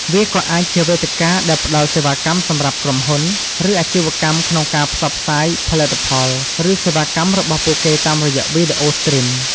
វាក៏អាចជាវេទិកាដែលផ្ដល់សេវាកម្មសម្រាប់ក្រុមហ៊ុន ឬអាជីវកម្មក្នុងការផ្សព្វផ្សាយផលិតផល ឬសេវាកម្មរបស់ពួកគេតាមរយៈវីដេអូស្ទ្រីម។